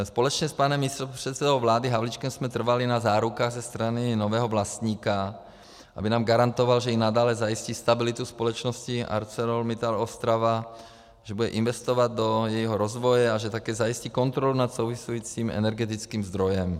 Společně s panem místopředsedou vlády Havlíčkem jsme trvali na zárukách ze strany nového vlastníka, aby nám garantoval, že i nadále zajistí stabilitu společnosti ArcelorMittal Ostrava, že bude investovat do jejího rozvoje a že také zajistí kontrolu nad souvisejícím energetickým zdrojem.